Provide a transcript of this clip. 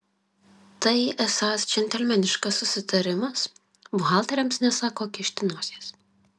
tai esąs džentelmeniškas susitarimas buhalteriams nesą ko kišti nosies